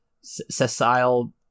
Sessile